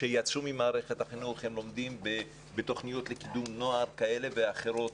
שיצאו ממערכת החינוך והם לומדים בתוכניות לקידום נוער כאלה ואחרות.